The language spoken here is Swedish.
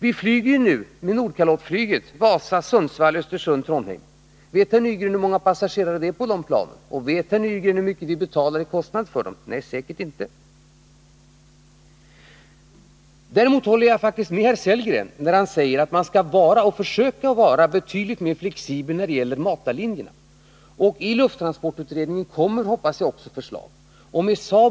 Vi flyger ju nu med Nordkalottflyget Vasa-Sundsvall-Östersund-Trondheim. Vet herr Nygren hur många passagerare det är på de planen? Och vet herr Nygren hur mycket vi betalar i kostnad för dem? Nej, säkert inte. Däremot håller jag faktiskt med herr Sellgren, när han säger att man skall försöka vara betydligt mer flexibel när det gäller matarlinjerna. I lufttransportutredningen kommer, hoppas jag, också förslag om detta.